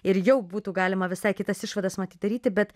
ir jau būtų galima visai kitas išvadas matyt daryti bet